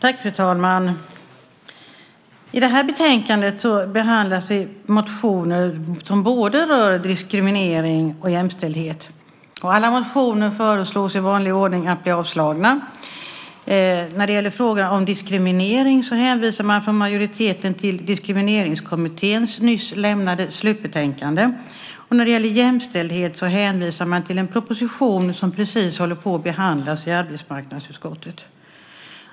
Fru talman! I det här betänkandet behandlas motioner som rör både diskriminering och jämställdhet. Alla motioner föreslås i vanlig ordning bli avslagna. När det gäller frågorna om diskriminering hänvisar man från majoritetens sida till Diskrimineringskommitténs nyss lämnade slutbetänkande, och när det gäller jämställdhet hänvisar man till en proposition som precis håller på att behandlas i arbetsmarknadsutskottet.